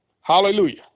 Hallelujah